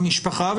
המשפחה.